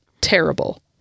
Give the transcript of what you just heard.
Terrible